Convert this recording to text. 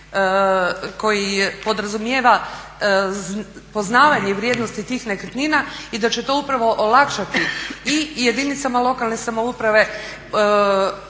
koji podrazumijeva poznavanje vrijednosti tih nekretnina i da će to upravo olakšati i jedinicama lokalne samouprave